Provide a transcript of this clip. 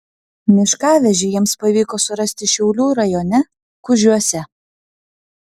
miškavežį jiems pavyko surasti šiaulių rajone kužiuose